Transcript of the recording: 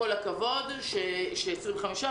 הכבוד ש-25% חזרו,